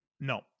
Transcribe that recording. No